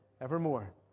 evermore